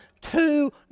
two